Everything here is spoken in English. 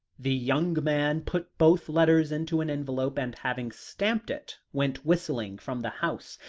the young man put both letters into an envelope, and having stamped it, went whistling from the house,